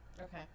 Okay